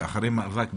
ואחרי מאבק,